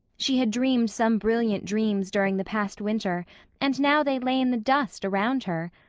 she had dreamed some brilliant dreams during the past winter and now they lay in the dust around her.